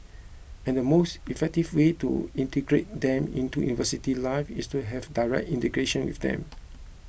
and the most effective way to integrate them into university life is to have direct integration with them